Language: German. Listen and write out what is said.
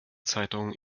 zeitung